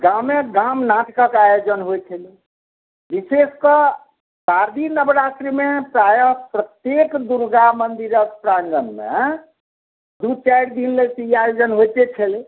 गामे गाम नाटकक आयोजन होइ छलै विशेष कऽ शारदीय नवरात्रि मे प्रायः प्रत्येक दुर्गा मंदिरक प्रांगण मे दू चारि दिन लेल तऽ ई आयोजन होयते छलै